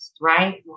right